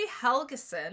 Helgeson